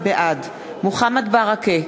בעד מוחמד ברכה,